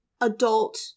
adult